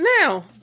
Now